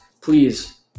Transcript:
please